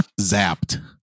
zapped